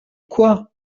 quoi